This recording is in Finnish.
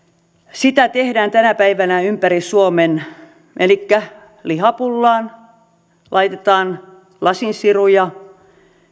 sitä tehdään tänä päivänä ympäri suomea elikkä lihapullaan laitetaan lasinsiruja